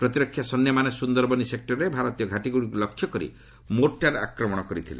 ପ୍ରତିରକ୍ଷା ସୈନ୍ୟମାନେ ସୁନ୍ଦରବନି ସେକୁରର ଭାରତୀୟ ଘାଟିଗୁଡ଼ିକୁ ଲକ୍ଷ୍ୟ କରି ମୋଟାର ଆକ୍ରମଣ କରିଥିଲେ